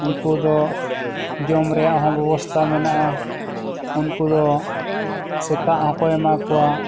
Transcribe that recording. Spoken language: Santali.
ᱩᱱᱠᱩ ᱫᱚ ᱡᱚᱢ ᱨᱮᱭᱟᱜ ᱦᱚᱸ ᱵᱮᱵᱚᱥᱛᱟ ᱢᱮᱱᱟᱜᱼᱟ ᱩᱱᱠᱩ ᱫᱚ ᱥᱮᱛᱟᱜ ᱦᱚᱸᱠᱚ ᱮᱢᱟ ᱠᱚᱣᱟ